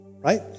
Right